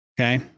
Okay